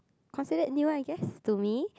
considered new I guess to me